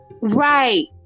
Right